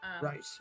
Right